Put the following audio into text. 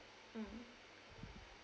mm